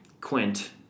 Quint